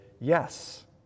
yes